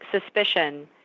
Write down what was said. suspicion